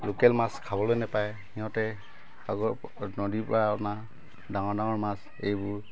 local মাছ খাবলৈ নাপায় সিহঁতে সাগৰ নদীৰপৰা অনা ডাঙৰ ডাঙৰ মাছ এইবোৰ